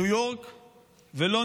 ניו יורק ולונדון,